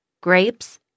grapes